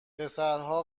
پسرها